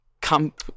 Camp